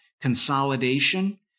consolidation